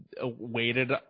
waited